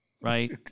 right